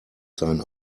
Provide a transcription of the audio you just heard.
sein